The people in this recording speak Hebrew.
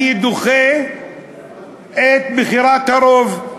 אני דוחה את בחירת הרוב,